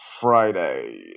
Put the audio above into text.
Friday